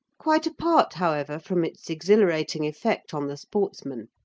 quite apart, however, from its exhilarating effect on the sportsman,